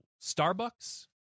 Starbucks